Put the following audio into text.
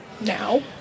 Now